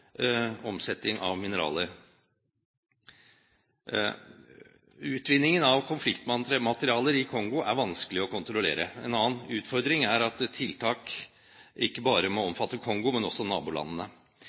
omsetning av mineraler. Utvinningen av konfliktmineraler i Kongo er vanskelig å kontrollere. En annen utfordring er at tiltak ikke bare må